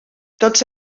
tots